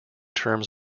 terms